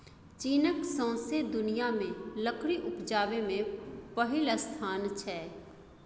चीनक सौंसे दुनियाँ मे लकड़ी उपजाबै मे पहिल स्थान छै